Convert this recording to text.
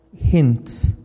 hints